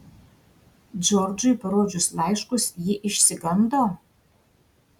džordžui parodžius laiškus ji išsigando